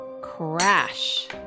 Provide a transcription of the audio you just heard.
crash